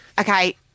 Okay